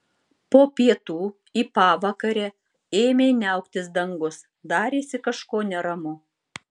po pietų į pavakarę ėmė niauktis dangus darėsi kažko neramu